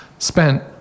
spent